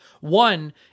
One